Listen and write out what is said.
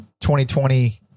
2020